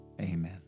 amen